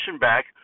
back